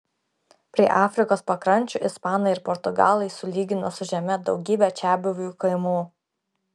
prie afrikos pakrančių ispanai ir portugalai sulygino su žeme daugybę čiabuvių kaimų